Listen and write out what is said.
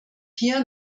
hier